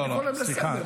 והכול יהיה בסדר.